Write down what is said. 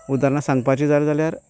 उदारणां सांगपाची जाली जाल्यार